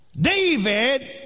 David